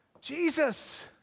Jesus